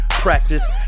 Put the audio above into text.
practice